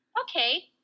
okay